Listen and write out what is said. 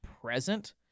present